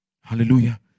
Hallelujah